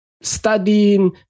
studying